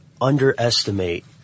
underestimate